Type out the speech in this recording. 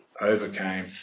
overcame